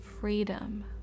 freedom